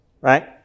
right